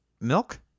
milk